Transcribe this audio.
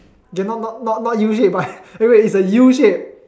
k not not not U shape but eh wait it's a U shape